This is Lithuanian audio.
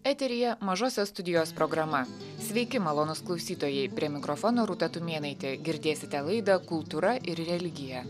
eteryje mažosios studijos programa sveiki malonūs klausytojai prie mikrofono rūta tumėnaitė girdėsite laidą kultūra ir religija